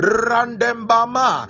randembama